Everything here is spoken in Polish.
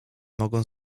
mogą